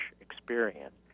experience